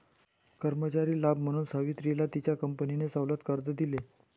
कर्मचारी लाभ म्हणून सावित्रीला तिच्या कंपनीने सवलत कर्ज दिले